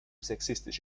sexistisch